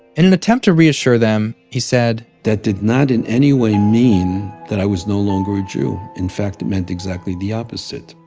in an attempt to reassure them, he said that did not in any way mean that i was no longer a jew. in fact it meant exactly the opposite.